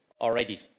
already